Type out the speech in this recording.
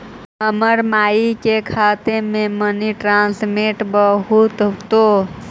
हमर माई के खाता के मीनी स्टेटमेंट बतहु तो?